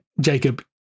Jacob